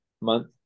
month